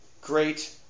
great